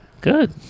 Good